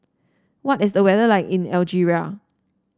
what is the weather like in Algeria